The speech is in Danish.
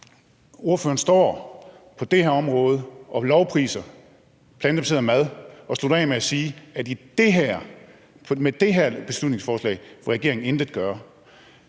ordføreren står på det her område og lovpriser plantebaseret mad og slutter af med at sige, at med det her beslutningsforslag vil regeringen intet gøre.